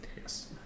Yes